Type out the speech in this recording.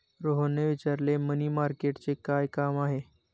रोहनने विचारले, मनी मार्केटचे काय काम आहे?